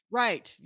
right